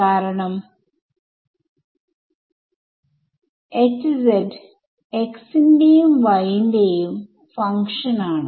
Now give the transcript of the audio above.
കാരണം x ന്റെയും y ന്റെയും ഫങ്ക്ഷൻ ആണ്